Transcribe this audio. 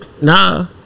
Nah